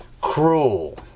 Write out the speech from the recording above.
cruel